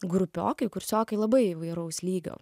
grupiokai kursiokai labai įvairaus lygio